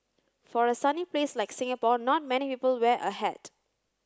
for a sunny place like Singapore not many people wear a hat